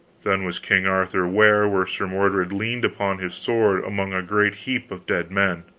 then was king arthur ware where sir mordred leaned upon his sword among a great heap of dead men.